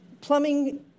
plumbing